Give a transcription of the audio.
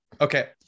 Okay